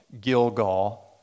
Gilgal